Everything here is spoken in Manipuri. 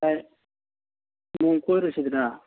ꯚꯥꯏ ꯅꯣꯡꯃ ꯀꯣꯏꯔꯨꯁꯤꯗꯅ